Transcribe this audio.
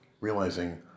realizing